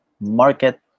market